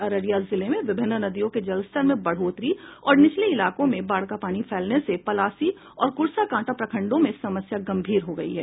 अररिया जिले में विभिन्न नदियों के जलस्तर में बढ़ोतरी और निचले इलाकों में बाढ़ का पानी फैलने से पलासी और कुर्साकांटा प्रखंडों में समस्या गंभीर हो गयी है